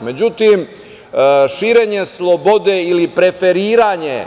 Međutim, širenje slobode ili preferiranje